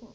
kom.